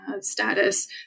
status